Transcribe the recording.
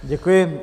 Děkuji.